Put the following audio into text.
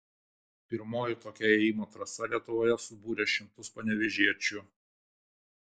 pirmoji tokia ėjimo trasa lietuvoje subūrė šimtus panevėžiečių